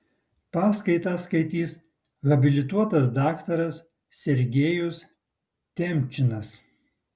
paskaitą skaitys habilituotas daktaras sergejus temčinas